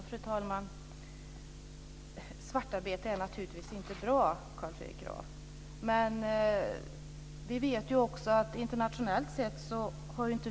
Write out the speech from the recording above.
Fru talman!